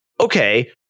Okay